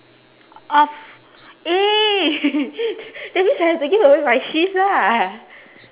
off eh that means I have to give away my shift lah